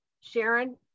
Sharon